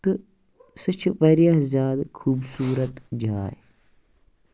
تہٕ سُہ چھِ واریاہ زیادٕ خوٗبصوٗرَت جاے